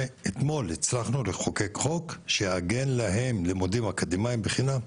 ואתמול הצלחנו לחוקק חוק שיעגן להם לימודים אקדמאים בחינם.